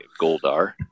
Goldar